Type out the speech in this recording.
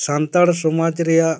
ᱥᱟᱱᱛᱟᱲ ᱥᱚᱢᱟᱡᱽ ᱨᱮᱭᱟᱜ